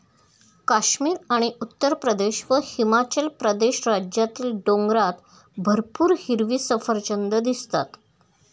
काश्मीर आणि उत्तरप्रदेश व हिमाचल प्रदेश राज्यातील डोंगरात भरपूर हिरवी सफरचंदं दिसतात